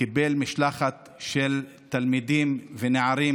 קיבל משלחת של תלמידים ונערים,